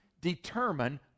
determine